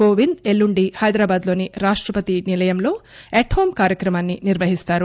కోవింద్ ఎల్లుండి హైదరాబాద్ లోని రాష్టపతి నిలయంలో ఎట్ హోం కార్యక్రమాన్ని నిర్యహిస్తారు